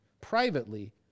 privately